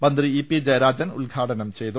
മന്ത്രി E P Jayarajan ഉദ്ഘാടനം ചെയ്തു